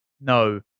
No